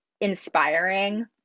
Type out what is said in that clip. inspiring